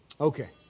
Okay